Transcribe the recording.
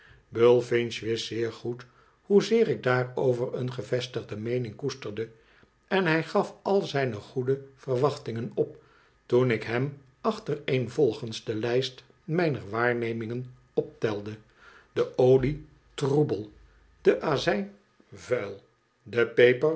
bullfinch wist zeer goed hoezeer ik daarover een gevestigde meening koesterde en hij gaf al zijne goede verwachtingen op toen ik hem achtereenvolgens do lijst mijner waarnemingen optelde de olie troebel en de azijn vuil de